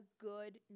good